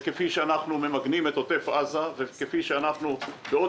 כפי שאנחנו ממגנים את עוטף עזה וכפי שאנחנו בעוד